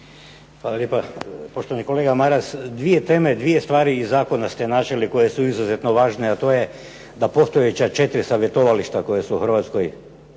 Hvala lijepo. Poštovani kolega Maras, dvije teme, dvije stvari iz zakona ste našli koje su izuzetno važne, a to je da postojeća 4 savjetovališta koja su u Hrvatskoj